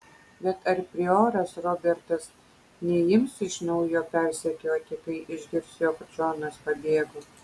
bet ar prioras robertas neims iš naujo persekioti kai išgirs jog džonas pabėgo